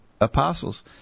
apostles